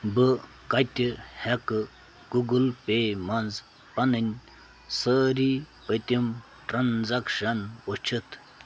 بہٕ کَتہِ ہٮ۪کہٕ گوٗگٕل پے منٛز پَنٕنۍ سٲری پٔتِم ٹرٛانزَکشَن وٕچھِتھ